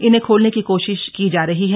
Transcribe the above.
इन्हें खोलने की कोशिश की जा रही है